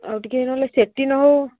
ଆଉ ଟିକିଏ ନହେଲେ ସେଠି ନହଉ